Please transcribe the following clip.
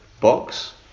box